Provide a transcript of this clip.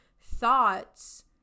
thoughts